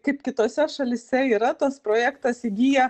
kaip kitose šalyse yra tas projektas įgyja